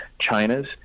china's